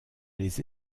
les